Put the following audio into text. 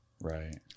right